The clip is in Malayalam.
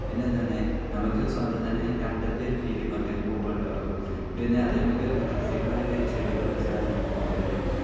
പിന്നെ എന്താണ് നമുക്ക് സ്വന്തം തന്നെ ഇങ്ങനെ കണ്ടെത്തി ഒരു ഫീലിങ്ങും ഒറ്റയ്ക്ക് പോകുമ്പോൾ ഉണ്ടാകും പിന്നെ അത് നമുക്ക് ഫ്ലെക്സിബിളായിട്ട് ഷെഡ്യൂൾ വെച്ച് കൊണ്ട് നമുക്ക് പോകാൻ പറ്റും